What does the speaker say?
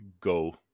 go